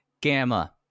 gamma